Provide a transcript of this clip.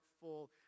full